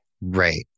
right